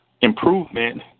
improvement